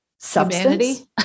substance